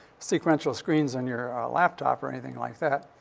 sequential screens, on your laptop or anything like that.